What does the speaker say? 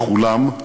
בכולם,